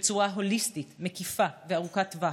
בצורה הוליסטית, מקיפה וארוכת טווח.